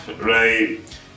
Right